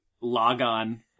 logon